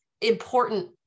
important